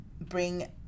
bring